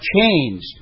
changed